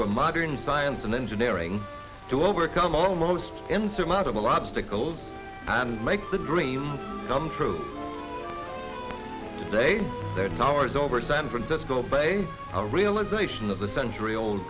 for modern science and engineering to overcome almost insurmountable obstacles and make the dream come true hours over san francisco by a realization of the century old